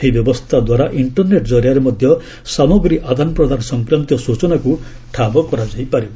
ଏହି ବ୍ୟବସ୍ଥାଦ୍ୱାରା ଇଣ୍ଟର୍ନେଟ୍ କରିଆରେ ମଧ୍ୟ ସାମଗ୍ରୀ ଆଦାନ ପ୍ରଦାନ ସଂକ୍ରାନ୍ତୀୟ ସ୍ୱଚନାକୁ ଠାବ କରାଯାଇପାରିବ